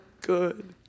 good